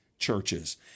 churches